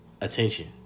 attention